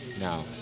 No